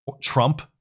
Trump